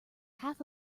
half